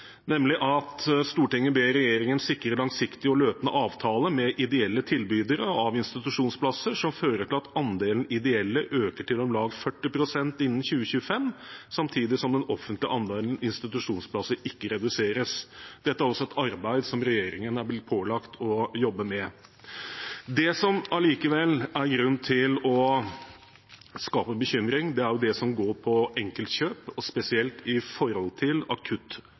ber regjeringen sikre langsiktige og løpende avtaler med ideelle tilbydere av institusjonsplasser som fører til at andelen ideelle øker til om lag 40 pst. innen 2025, samtidig som den offentlige andelen institusjonsplasser ikke reduseres.» Dette er et arbeid som regjeringen er blitt pålagt å jobbe med. Det som allikevel gir grunn til bekymring, er det som handler om enkeltkjøp, og spesielt